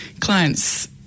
clients